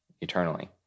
eternally